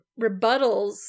rebuttals